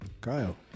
Kyle